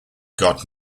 got